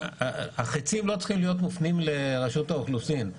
החיצים לא צריכים להיות מופנים לרשות האוכלוסין,